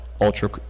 ultra